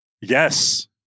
Yes